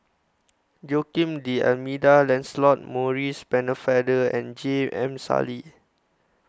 Joaquim D'almeida Lancelot Maurice Pennefather and J M Sali